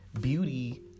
beauty